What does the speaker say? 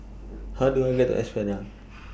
How Do I get to Espada